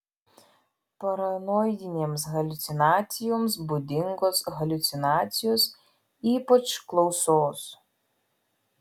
paranoidinėms haliucinacijoms būdingos haliucinacijos ypač klausos